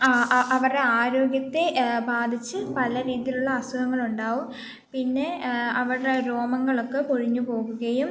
അവരുടെ ആരോഗ്യത്തെ ബാധിച്ച് പല രീതിയിലുള്ള അസുഖങ്ങളുണ്ടാകും പിന്നെ അവരുടെ രോമങ്ങളൊക്കെ കൊഴിഞ്ഞു പോകുകയും